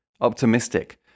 optimistic